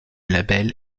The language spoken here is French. label